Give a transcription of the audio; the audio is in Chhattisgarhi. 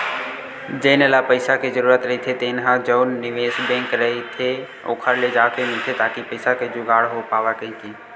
जेन ल पइसा के जरूरत रहिथे तेन ह जउन निवेस बेंक रहिथे ओखर ले जाके मिलथे ताकि पइसा के जुगाड़ हो पावय कहिके